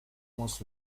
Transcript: mūs